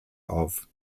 auf